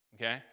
okay